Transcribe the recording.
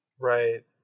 Right